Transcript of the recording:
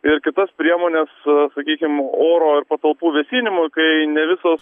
ir kitas priemonės sakykim oro ir patalpų vėsinimu kai ne visos